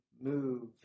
move